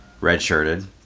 red-shirted